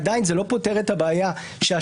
עדיין זה לא פותר את הבעיה ששופטים